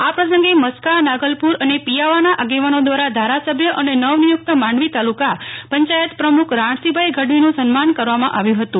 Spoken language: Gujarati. આ પ્રસંગે મસ્કા નાગલપુર અને પિયાવાના આગેવાનો દ્વારા ધારાસભ્ય અને નવનિયુકત માંડવી તાલુકા પંચાયત પ્રમુખ રાણશીભાઇ ગઢવીનું સન્માન કરવામાં આવ્યું હતું